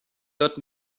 dort